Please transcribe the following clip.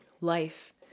Life